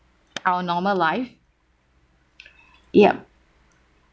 our normal life yup